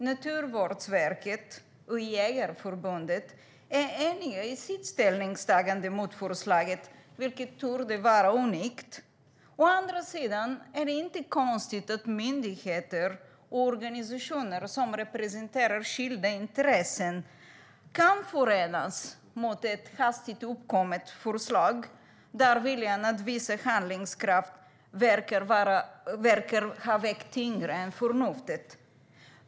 Naturvårdsverket och Svenska Jägareförbundet är eniga i sina ställningstaganden mot förslaget, vilket torde vara unikt. Men det är visserligen inte konstigt att myndigheter och organisationer som representerar skilda intressen förenas mot ett hastigt uppkommet förslag där viljan att visa handlingskraft verkar ha vägt tyngre än förnuftet.